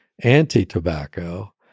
anti-tobacco